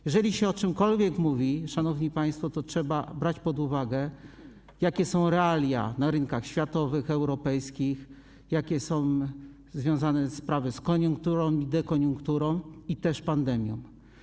Jeżeli się o czymkolwiek mówi, szanowni państwo, to trzeba brać pod uwagę, jakie są realia na rynkach światowych, europejskich, jakie są sprawy związane z koniunkturą i dekoniunkturą, a także pandemią.